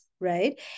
right